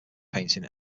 painting